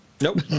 Nope